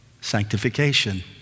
Sanctification